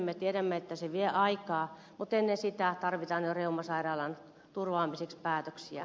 me tiedämme että se vie aikaa mutta ennen sitä tarvitaan jo reumasairaalan turvaamiseksi päätöksiä